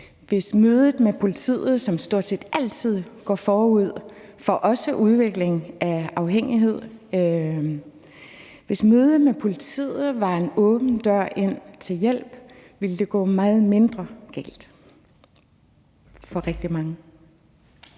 hvis mødet med politiet, som stort set altid går forud for også udvikling af afhængighed, var en åben dør ind til hjælp, ville det gået meget mindre galt for rigtig mange.